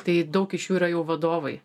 tai daug iš jų yra jau vadovai